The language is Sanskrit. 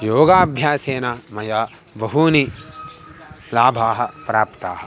योगाभ्यासेन मया बहूनि लाभाः प्राप्ताः